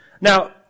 Now